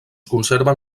conserven